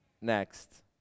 next